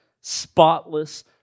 spotless